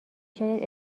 شاید